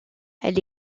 elle